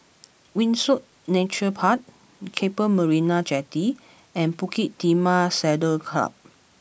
Windsor Nature Park Keppel Marina Jetty and Bukit Timah Saddle club